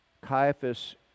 Caiaphas